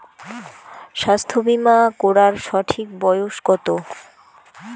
স্বাস্থ্য বীমা করার সঠিক বয়স কত?